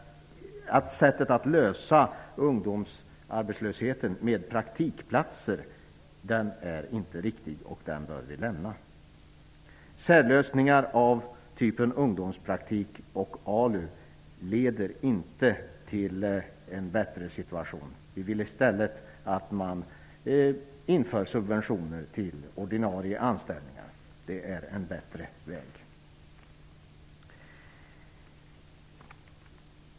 Sättet att lösa ungdomsarbetslösheten med praktikplatser är inte riktigt och bör lämnas. leder inte till en bättre situation. Vi vill i stället att man inför subventioner på ordinarie anställningar. Det är en bättre väg.